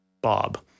Bob